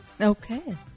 okay